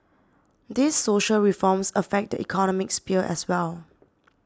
these social reforms affect the economic sphere as well